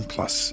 Plus